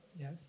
Yes